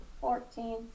Fourteen